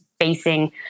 facing